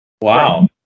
Wow